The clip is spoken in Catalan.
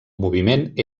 moviment